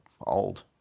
old